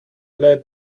let